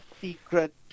secret